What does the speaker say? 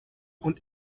und